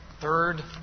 third